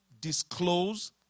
disclose